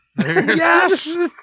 Yes